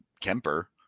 Kemper